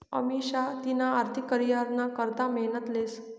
अमिषा तिना आर्थिक करीयरना करता मेहनत लेस